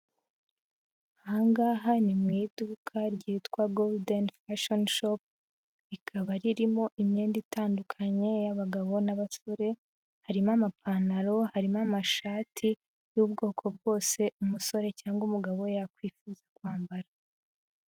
Aha ngaha ni mu iduka ryitwa Golden Fashion Shop, rikaba ririmo imyenda itandukanye, y'abagabo n'abasore, harimo amapantaro, harimo amashati y'ubwoko bwose, umusore cyangwa umugabo yakwifuza kwambara.